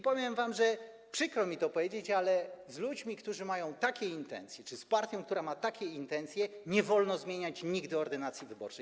Powiem wam, przykro mi to powiedzieć, ale z ludźmi, którzy mają takie intencje, czy z partią, która ma takie intencje, nie wolno zmieniać nigdy ordynacji wyborczej.